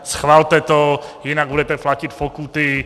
Schvalte to, jinak budete platit pokuty!